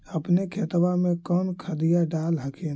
अपने खेतबा मे कौन खदिया डाल हखिन?